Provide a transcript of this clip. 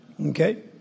Okay